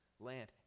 land